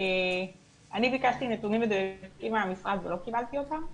אני ביקשתי נתונים מדויקים מהמשרד ולא קיבלתי אותם.